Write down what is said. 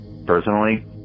Personally